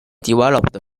developed